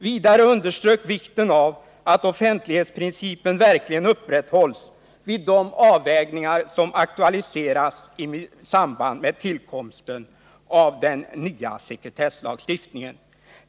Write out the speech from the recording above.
Vidare underströks vikten av att offentlighetsprincipen verkligen upprätthålls vid de avvägningar som aktualiseras i samband med tillkomsten av den nya sekretesslagstiftningen.